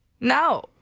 no